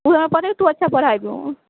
ओहे पढ़ैत तऽ अच्छा पढ़ाइ कर